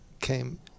came